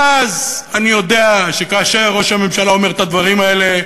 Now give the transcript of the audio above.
ואז אני יודע שכאשר ראש הממשלה אומר את הדברים האלה,